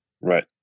Right